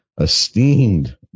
esteemed